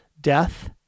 death